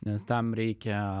nes tam reikia